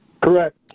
Correct